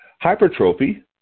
Hypertrophy